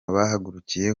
bahagurukiye